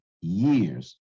years